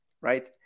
Right